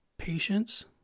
Patience